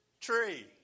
tree